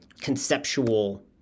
conceptual